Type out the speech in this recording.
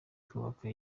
twubaka